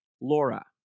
Laura